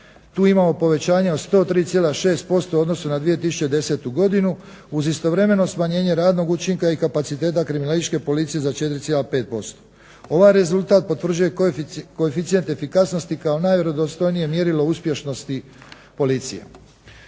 tu imamo povećanje od 103,6% u odnosu na 2010.godinu uz istovremeno smanjenje radnog učinka i kapaciteta Kriminalističke policije za 4,5%. Ovaj rezultat potvrđuje koeficijent efikasnosti kao najvjerodostojnije mjerilo uspješnosti policije.